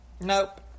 nope